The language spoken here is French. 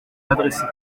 m’adresser